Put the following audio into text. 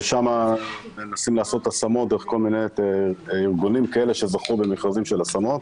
ושם מנסים לעשות השמות דרך כל מיני ארגונים כאלה שזכו במכרזים של השמות.